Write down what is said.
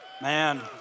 Man